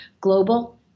global